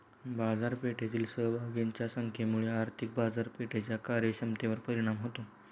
बाजारपेठेतील सहभागींच्या संख्येमुळे आर्थिक बाजारपेठेच्या कार्यक्षमतेवर परिणाम होतो